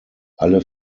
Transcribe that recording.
alle